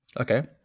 Okay